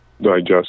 digest